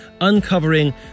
uncovering